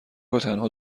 وتنها